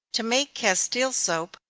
to make castile soap,